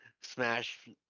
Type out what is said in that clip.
smash